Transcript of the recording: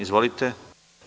Izvolite.